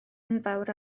enfawr